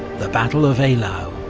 the battle of eylau,